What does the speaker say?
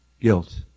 Guilt